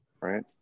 right